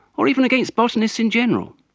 or even against botanists in general.